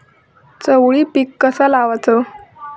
चवळी पीक कसा लावचा?